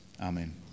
Amen